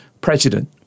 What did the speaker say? president